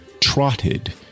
trotted